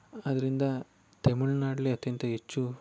ಅದರಿಂದ ತಮಿಳು ನಾಡಲ್ಲಿ ಅತ್ಯಂತ ಹೆಚ್ಚು